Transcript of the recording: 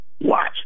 Watch